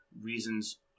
reasons